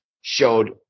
showed